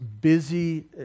busy